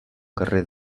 carrer